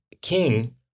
king